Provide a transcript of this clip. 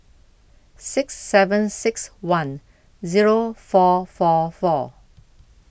six seven six one Zero four four four